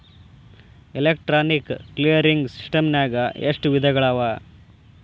Electronic clearing ಸಿಸ್ಟಮ್ನಾಗ ಎಷ್ಟ ವಿಧಗಳವ?